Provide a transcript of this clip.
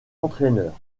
entraîneur